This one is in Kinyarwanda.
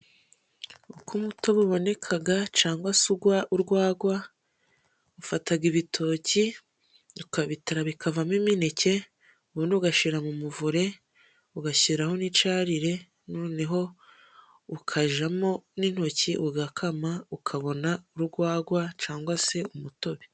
Uko umutobe ubonekaga cyangwa se urwagwa, ufataga ibitoki ukabitara bikavamo imineke ubundi ugashira mu muvure ugashyiraho n'icarire noneho ukajamo n'intoki ugakama ukabona urwagwa cangwa se umutobe.